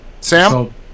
sam